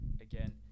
again